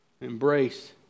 Embrace